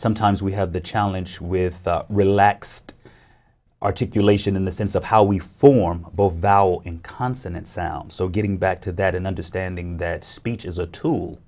sometimes we have the challenge with relaxed articulation in the sense of how we form both vowel in consonant sounds so getting back to that and understanding that speech is a tool